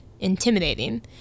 intimidating